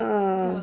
uh